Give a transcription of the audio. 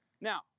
now